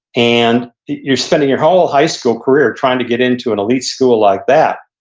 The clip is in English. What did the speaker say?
and you're spending your whole high school career trying to get into an elite school like that.